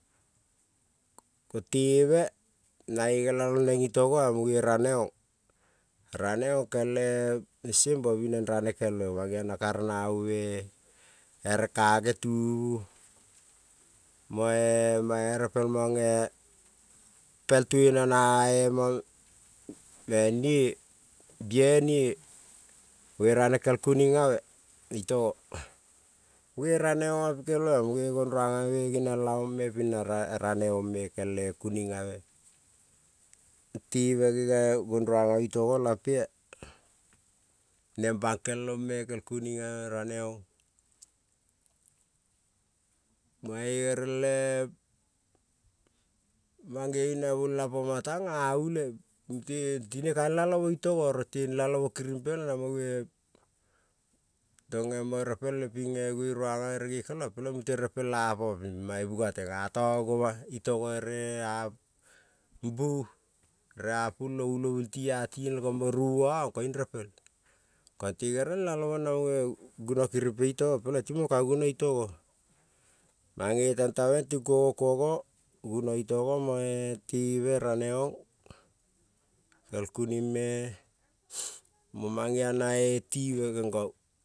Ko tebe nane nelalone itogo mune raneon kel sembe bo binen rane kel be mangeon na kare rabu me ere kage tubu moe mane, bere pelmonge pel tueno na e bie nie mune rane ke kunin abe itog mune raneong oma pikel bea mune goruanabe la ong pina raneon pikel kuninabe. Tebe ne goruanabe me lampea nen bankelon ke kumo abe bankelon mane gere le mangeon nai bolela tana, ti ule te kanelalomo ping mo bona tenelalomo pe len lampea ping gueranabe repel apone lamon mane, miateng ato goma itogo ere buere a pulo ulobu ti a karing koing mo rubuon ko te gerel nelalomo kirimpe, lo ko ka guno itogo mange tente ting kugo kugo itogo tebe raneong kel kuning me mangeon na tibe me neno.